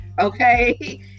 Okay